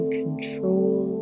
control